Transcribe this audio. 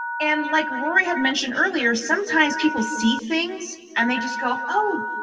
and like rory had mentioned earlier, sometimes people see things and they just go oh,